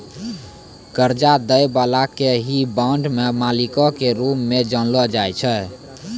कर्जा दै बाला के ही बांड के मालिको के रूप मे जानलो जाय छै